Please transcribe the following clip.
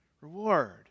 reward